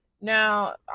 Now